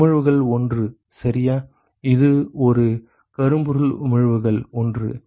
உமிழ்வுகள் 1 சரியா இது ஒரு கரும்பொருள் உமிழ்வுகள் 1